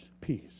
peace